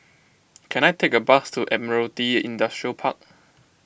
can I take a bus to Admiralty Industrial Park